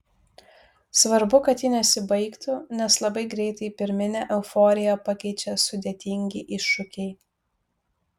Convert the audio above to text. svarbu kad ji nesibaigtų nes labai greitai pirminę euforiją pakeičia sudėtingi iššūkiai